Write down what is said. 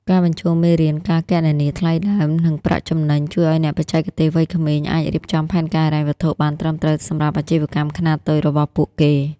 ការបញ្ចូលមេរៀន "ការគណនាថ្លៃដើម និងប្រាក់ចំណេញ" ជួយឱ្យអ្នកបច្ចេកទេសវ័យក្មេងអាចរៀបចំផែនការហិរញ្ញវត្ថុបានត្រឹមត្រូវសម្រាប់អាជីវកម្មខ្នាតតូចរបស់ពួកគេ។